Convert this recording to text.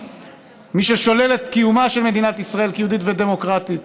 מי ששולל את קיומה של מדינת ישראל כיהודית ודמוקרטית.